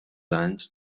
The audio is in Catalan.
anys